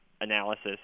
analysis